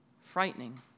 frightening